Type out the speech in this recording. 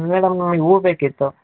madam ಹೂ ಬೇಕಿತ್ತು